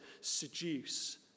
seduce